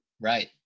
right